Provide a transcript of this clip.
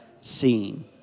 seen